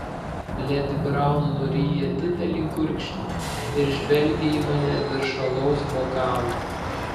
ledi braun nuryja didelį gurkšnį ir žvelgia į mane virš alaus bokalo